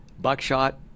buckshot